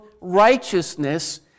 righteousness